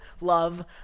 love